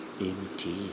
empty